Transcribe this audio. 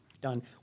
Done